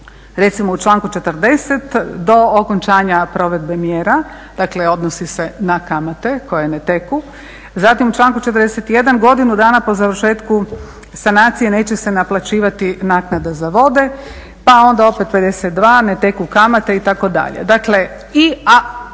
Recimo u članku 40. do okončanja provedbe mjera, dakle odnosi se na kamate koje ne teku. Zatim u članku 41. godinu dana po završetku sanacije neće se naplaćivati naknada za vode. Pa onda opet 52. ne teku kamate itd.. Dakle, i